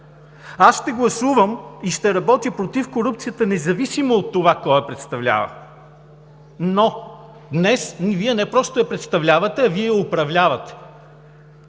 Аз ще гласувам и ще работя против корупцията, независимо кой я представлява. Днес Вие просто не я представлявате, Вие я управлявате!